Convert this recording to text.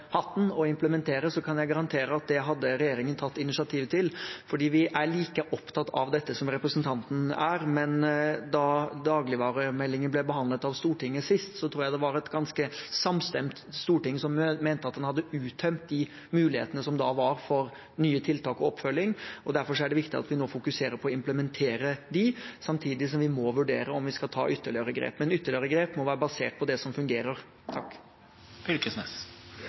hatten og implementere, kan jeg garantere at regjeringen hadde tatt initiativ til det, for vi er like opptatt av dette som representanten er. Men da dagligvaremeldingen ble behandlet av Stortinget sist, tror jeg det var et ganske samstemt storting som mente at en hadde uttømt de mulighetene som da var for nye tiltak og oppfølging. Derfor er det viktig at vi nå fokuserer på å implementere dem, samtidig som vi må vurdere om vi skal ta ytterligere grep. Men ytterligere grep må være basert på det som fungerer. Torgeir Knag Fylkesnes